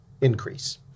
increase